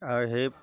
আৰু সেই